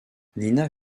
nina